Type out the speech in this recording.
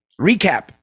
recap